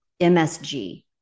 msg